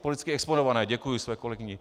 Politicky exponované, děkuji své kolegyni.